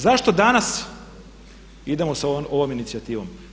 Zašto danas idemo sa ovom inicijativom?